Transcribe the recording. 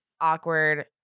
awkward